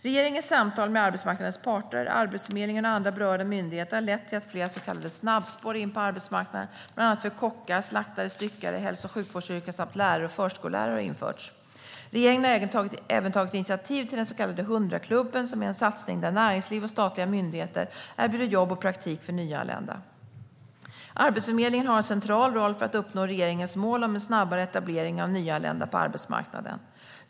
Regeringens samtal med arbetsmarknadens parter, Arbetsförmedlingen och andra berörda myndigheter har lett till att flera så kallade snabbspår in på arbetsmarknaden, bland annat för kockar, slaktare/styckare, hälso och sjukvårdsyrken samt lärare och förskollärare, har införts. Regeringen har även tagit initiativ till den så kallade 100-klubben, som är en satsning där näringsliv och statliga myndigheter erbjuder jobb och praktik för nyanlända. Arbetsförmedlingen har en central roll för att uppnå regeringens mål om en snabbare etablering av nyanlända på arbetsmarknaden.